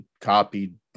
copied